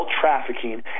trafficking